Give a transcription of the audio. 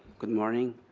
good morning.